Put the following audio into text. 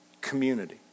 community